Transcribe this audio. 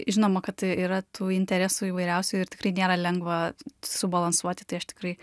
žinoma kad yra tų interesų įvairiausių ir tikrai nėra lengva subalansuoti tai aš tikrai